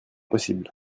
possible